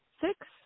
six